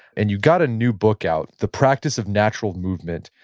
and you've got a new book out, the practice of natural movement,